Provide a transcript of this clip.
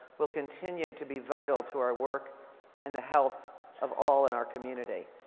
will continue to be vital to our work and the health of all in our community.